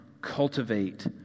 cultivate